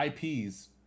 IPs